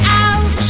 out